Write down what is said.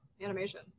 animation